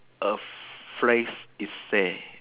a phrase is say